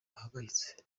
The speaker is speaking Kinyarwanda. ahangayitse